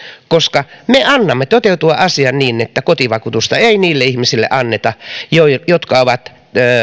koska me annamme asian toteutua niin että kotivakuutusta ei niille ihmisille anneta jotka ovat